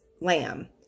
lamb